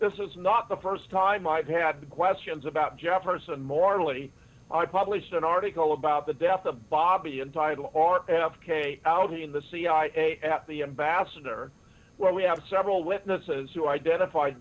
this is not the first time i've had questions about jefferson mortality i published an article about the death of bobby entitled r f k outing the cia at the ambassador where we have several witnesses who identified